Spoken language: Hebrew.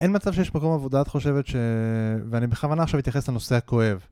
אין מצב שיש מקום עבודה, את חושבת ש... ואני בכוונה עכשיו אתייחס לנושא הכואב